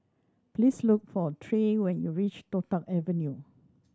please look for Trey when you reach Toh Tuck Avenue